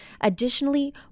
Additionally